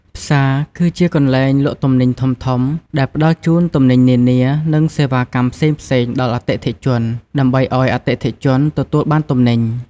ផ្សារគឺជាកន្លែងលក់ទំនិញធំៗ ដែលផ្តល់ជូនទំនិញនានា និងសេវាកម្មផ្សេងៗដល់អតិថិជន ដើម្បីឲ្យអតិថិជនទទួលបានទំនិញ។